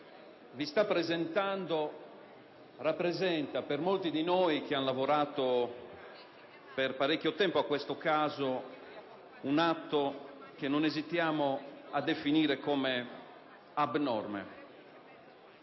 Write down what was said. vi sta presentando rappresenta per molti di noi, che hanno lavorato per parecchio tempo a questo caso, un atto che non esitiamo a definire abnorme,